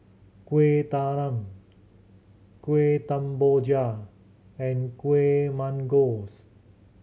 Kueh Talam Kuih Kemboja and Kueh Manggis